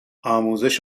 آموزش